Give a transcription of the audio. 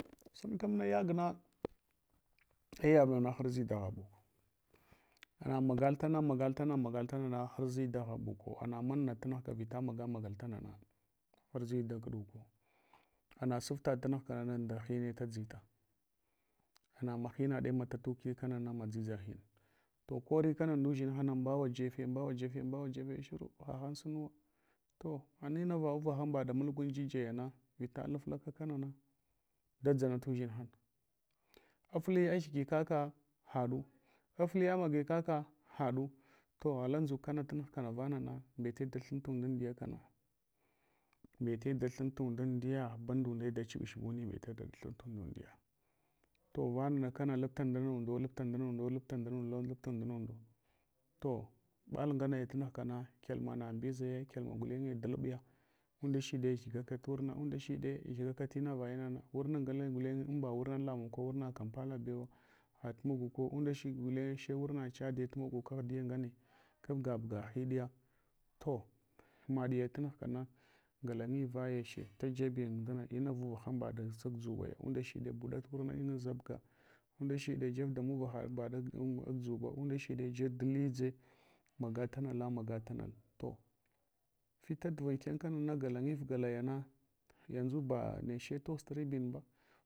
Sini kana yagna ewamawna harʒi daghaɓuk, ana magal tana, magal tana, magal tana na harʒi daghɓuko, namana tunughla vita maga magal tna na harʒ dakuɗuko. Anasuftenɗ tunughnana hine ta dʒta. Anama hinaɗe matatuti kana madʒidʒa hin. To koral kana mudʒinha mbawa jefe mbawa jefe, mbwa jefe hahan sunuwo. To anuna va uvaghan mbaɗ mulgwan jijayana, vita laflaka kanana da dʒanata udʒinhana, afli agyigi kaka haɗu. afli amagi kaka haɗu. to gala ndʒuk kana tumughka navanana mbele da hunta undundaya kana, mbete a thuntun undumdiya. Banda unde dachuʒch buni, mbete eta, hvunta undundiya. To vana kana lapta ndina undo, lapta ndina undo lapta ndmina undo, lapta ndina undo. To bal nganai tunughka na kyalma na mbizeyo, kyalma gulye daɗbiya, undasheɗe ghgaka tu uzurna undashiɗeghigaka tunava inana, wurna ngana guleny amba wurna lamung ko wurna kampeda bewa hat maguku. Undashiɗ gulenye sau wurna charele maguka aghadiya ngane, kabga buga niɗe ta, to maɗiya tunughkang gaka nyif vaya che ta jebin damog inavu vaha mbad sa agzub undashde buda uwirnayin al zabga, undashide jeb da muvaghayin dad agzuba undhaside jeb dan ledʒe magatanal na magatanal. To fila duva anken kana na galanyif galayana, to yanʒu ba, neche toʒ tu ribinba.